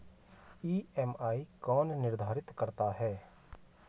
EMI कौन निर्धारित करता है?